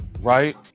right